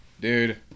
dude